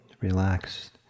relaxed